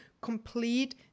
complete